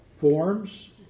forms